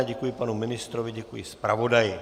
Děkuji panu ministrovi, děkuji zpravodaji.